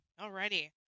Alrighty